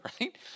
right